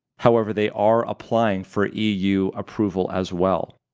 however they are applying for eu approval as well.